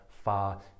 far